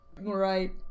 Right